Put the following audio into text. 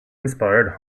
inspired